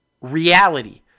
reality